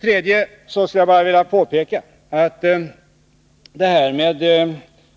Till sist vill jag bara påpeka att